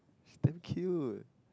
damn cute